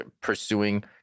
pursuing